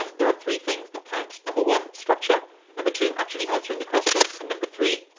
um there are three things that count. number one, structure number two, actually answering the question. and number three,